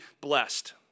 blessed